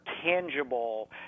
tangible